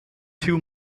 two